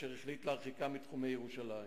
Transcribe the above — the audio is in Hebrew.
והוא החליט להרחיקם מתחומי ירושלים.